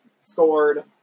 scored